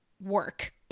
work